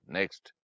Next